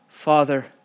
Father